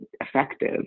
effective